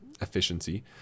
efficiency